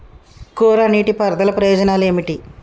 కోరా నీటి పారుదల ప్రయోజనాలు ఏమిటి?